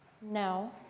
Now